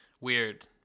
weird